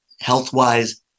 health-wise